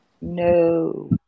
No